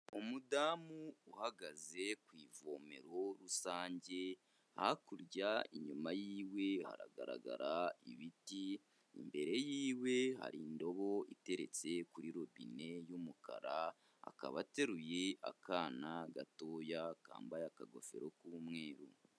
Umudamu uhagaze ku ivomero rusange, hakurya inyuma yiwe hagaragara ibiti, imbere yiwe hari indobo iteretse kuri robine y'umukara, akaba ateruye akana gatoya kambaye akagofero k'umweru.